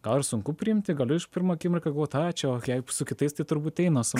gal ir sunku priimti galiu aš pirmą akimirką galvot ai čia o jei su kitais tai turbūt eina o su